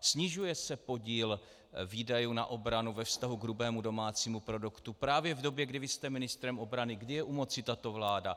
Snižuje se podíl výdajů na obranu ve vztahu k hrubému domácímu produktu právě v době, kdy vy jste ministrem obrany, kdy je u moci tato vláda.